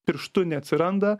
pirštu neatsiranda